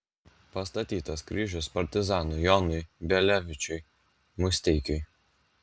pastatytas kryžius partizanui jonui bielevičiui musteikiui